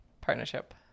partnership